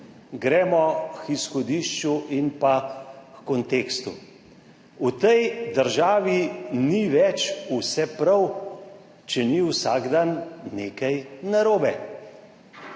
Gremo k izhodišču in pa h kontekstu. V tej državi ni več vse prav, če ni vsak dan nekaj narobe.